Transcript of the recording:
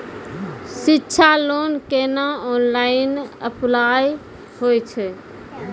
शिक्षा लोन केना online apply होय छै?